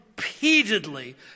Repeatedly